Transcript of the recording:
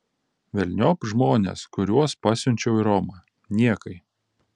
velniop žmones kuriuos pasiunčiau į romą niekai